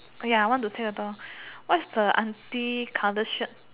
ya I want to tear the door what's the auntie color shirt